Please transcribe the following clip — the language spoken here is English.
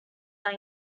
are